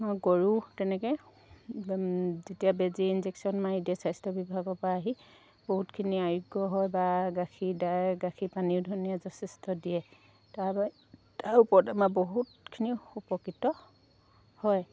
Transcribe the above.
গৰু তেনেকৈ যেতিয়া বেজী ইনজেকশ্যন মাৰি দিয়ে স্বাস্থ্য বিভাগৰ পৰা আহি বহুতখিনি আৰোগ্য হয় বা গাখীৰ দাই গাখীৰ পানীও ধুনীয়া যথেষ্ট দিয়ে তাৰ বাবে তাৰ ওপৰত আমাৰ বহুতখিনি উপকৃত হয়